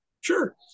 Sure